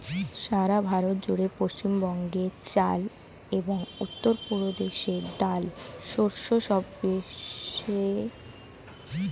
সারা ভারত জুড়ে পশ্চিমবঙ্গে চাল এবং উত্তরপ্রদেশে ডাল শস্য সবচেয়ে বেশী উৎপাদিত হয়